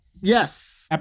Yes